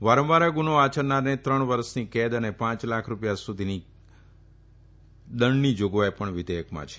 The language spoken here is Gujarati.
વારંવાર આ ગુનો આચરનારને ત્રણ વરસની કેદ અને પાંચ લાખ રૂપિયા સુધીની કેદની જોગવાઈ પણ વિધેયકમાં છે